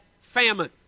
famine